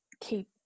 keep